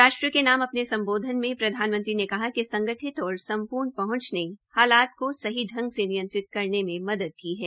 राष्ट्र के नाम अपने सम्बोधन में प्रधानमंत्री नरेन्द्र मोदी ने कहा कि संगठित और संपूर्ण पहंच ने हालात को सही ांग से नियंत्रित करने में मदद की है